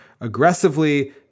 aggressively